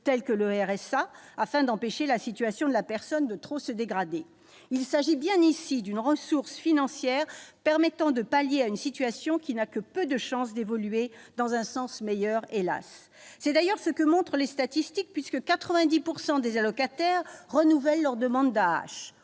tels que le RSA, afin d'empêcher la situation de la personne de trop se dégrader. Il s'agit bien, ici, d'une ressource financière permettant de pallier une situation qui n'a que peu de chances, hélas ! d'évoluer dans un sens meilleur. C'est d'ailleurs ce que montrent les statistiques, puisque 90 % des allocataires renouvellent leur demande d'AAH.